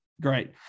Great